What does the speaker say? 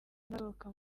n’abasohoka